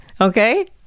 Okay